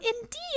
indeed